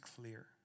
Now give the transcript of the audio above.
clear